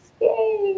yay